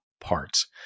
parts